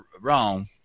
wrong